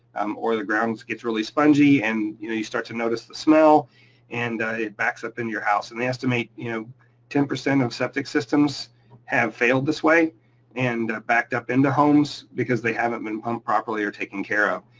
um or, the ground gets really spongy and you start to notice the smell and it backs up into your house. and they estimate you know ten percent of septic systems have failed this way and backed up into homes because they haven't been pumped properly or taken care of.